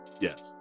Yes